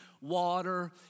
water